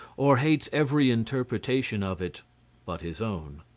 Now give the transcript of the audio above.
or hates every interpretation of it but his own.